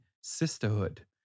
sisterhood